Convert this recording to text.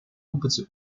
опыте